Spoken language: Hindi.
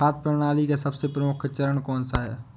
खाद्य प्रणाली का सबसे प्रमुख चरण कौन सा है?